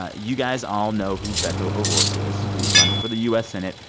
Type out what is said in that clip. ah you guys all know who beto o'rourke is. he's running for the u s. senate.